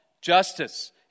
justice